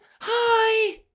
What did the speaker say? Hi